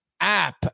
app